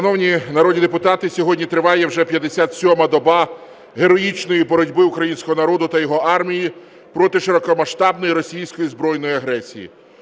сьогодні триває вже 57 доба героїчної боротьби українського народу та його армії проти широкомасштабної російської збройної агресії.